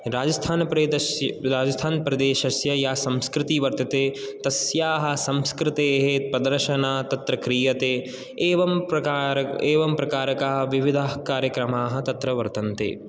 राजस्थान् प्रदेशस्य या संस्कृतिः वर्तते तस्याः संकृतेः प्रदर्शना तत्र क्रियते एवं प्रकार एवं प्रकारकाः विविधाः कार्यक्रमाः तत्र वर्तन्ते